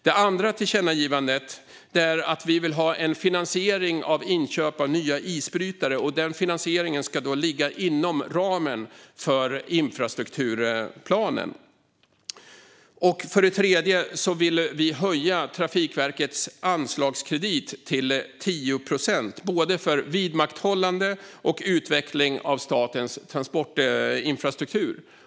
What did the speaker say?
Det andra tillkännagivandet handlar om att vi vill ha en finansiering av inköp av nya isbrytare. Den finansieringen ska ligga inom ramen för infrastrukturplanen. För det tredje vill vi höja Trafikverkets anslagskredit till 10 procent, för både vidmakthållande och utveckling av statens transportinfrastruktur.